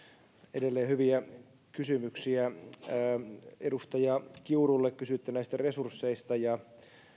edelleen hyviä kysymyksiä edustaja kiurulle kysyitte näistä resursseista ja